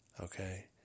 Okay